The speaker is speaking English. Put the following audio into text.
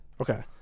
Okay